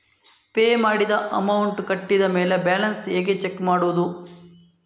Pay ಮಾಡಿದ amount ಕಟ್ಟಿದ ಮೇಲೆ ಬ್ಯಾಲೆನ್ಸ್ ಹೇಗೆ ಚೆಕ್ ಮಾಡುವುದು?